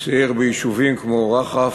סייר ביישובים כמו נחף,